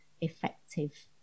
effective